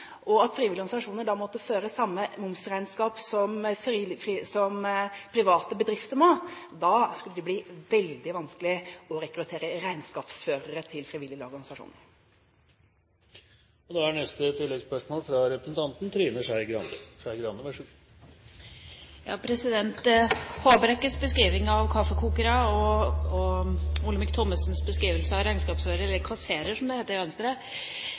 og frivillige organisasjoner da måtte føre samme momsregnskap som private bedrifter må, da skulle det bli veldig vanskelig å rekruttere regnskapsførere til frivillige lag og organisasjoner. Trine Skei Grande – til oppfølgingsspørsmål. Håbrekkes beskrivelse av kaffekokere og Olemic Thommessens beskrivelse av regnskapsførere – eller kasserere, som det heter i Venstre